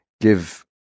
give